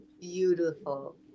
Beautiful